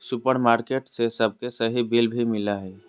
supermarket से सबके सही बिल भी मिला हइ